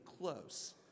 close